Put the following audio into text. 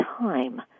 Time